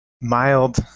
mild